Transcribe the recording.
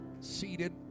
seated